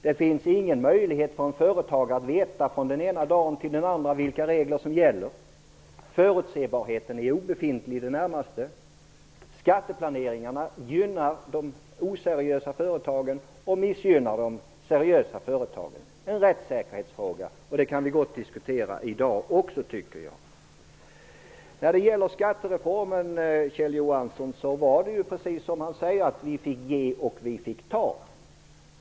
Det finns ingen möjlighet för en företagare att från den ena dagen till den andra veta vilka regler som gäller. Förutsebarheten är i det närmaste obefintlig. Skatteplaneringen gynnar de oseriösa företagen och missgynnar de seriösa. Det är en rättssäkerhetsfråga, och det kan vi gott diskutera i dag. När det gäller skattereformen är det precis som Kjell Johansson säger. Vi fick ge och ta.